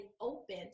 open